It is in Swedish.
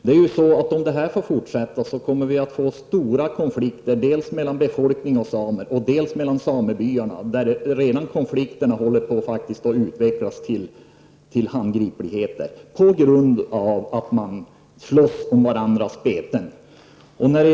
Men om det får fortsätta kommer vi att få stora konflikter dels mellan befolkningen i övrigt och samerna, dels mellan samebyarna. Konflikterna där håller redan på att utvecklas till rena handgripligheter, på grund av att man slåss om betet.